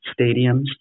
stadiums